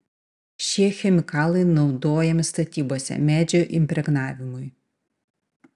šie chemikalai naudojami statybose medžio impregnavimui